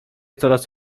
coraz